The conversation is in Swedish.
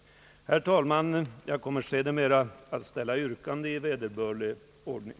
Herr talman! Jag kommer sedermera att ställa yrkande i vederbörlig ordning.